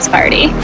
Party